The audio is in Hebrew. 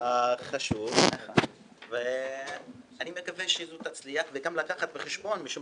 אני מקווה שזו תצליח, וגם לקחת בחשבון משום